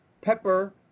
pepper